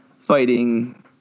fighting